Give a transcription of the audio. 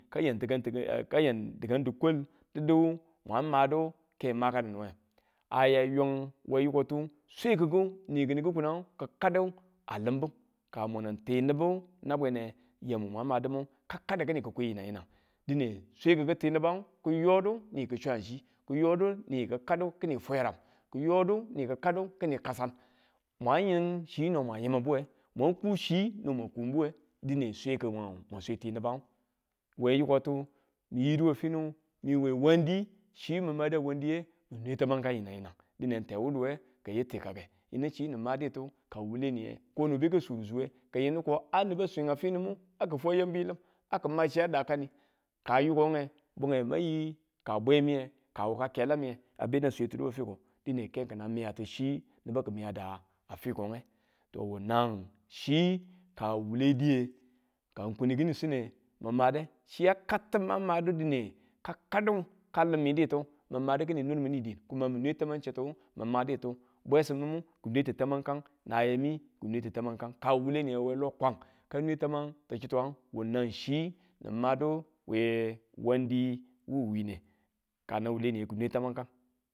Kayan tekan kayan dikan dikwal di̱du ma madu ke a makanuwe, aya yun yikotu swe kiku ni kii kikugunang kikadu a limbu ka mun n ti nibu nabwene, yam mwang badi kidadu kinikwi yinan yina dine sweki̱ku n ti nebang kiyodu ni ki swan chi, kiyodu ni ki kaddau kini fwareng kiyodu ni kadu kini kasan mwayin chi no ma yinbuwe mwan ku chi no mang kunbuwe dine swe kimwan n ti niban, we yikotu miyidu we finan we wandi chi mima da wandiye kinwe tamang yinan yinan dine tewuduwe kitti ka̱ke yinu chi mu maditu ka wule niye kokon be sudu suduye kiyindu ko a niba a swe a finumu a ki fwa yambilim a kima chi dakan ka yikonge mayi ka bemiye ka wuka kelamiye a bena sweti du we fiko dine ke kina miya chi nibu ki miya da fikonge to wunan chi kaeule diye kaan kunni kini sinne mi̱made chi kaktu ma madu dine kaddu maan mami ditu madu kini nir mini din kuma min nwe tamang chittu mumaditu bwesimu, kinweti tamankan nayemi kinweti tamang kangu ka wule niye we lo kwan kinweti tamangi wu nang chi nin maduwe wandi wu wiine kanan wule chiye tamang kangu.